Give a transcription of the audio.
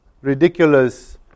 ridiculous